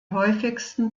häufigsten